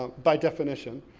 ah by definition.